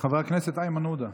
חבר הכנסת איימן עודה.